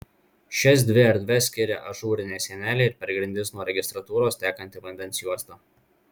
šias dvi erdves skiria ažūrinė sienelė ir per grindis nuo registratūros tekanti vandens juosta